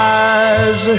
eyes